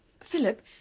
Philip